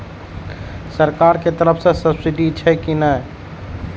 सरकार के तरफ से सब्सीडी छै कि नहिं?